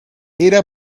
era